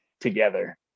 together